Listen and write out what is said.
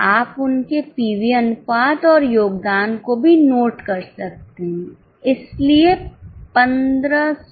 आप उनके पीवी अनुपात और योगदान को भी नोट कर सकते हैं इसलिए 1522